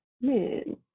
Man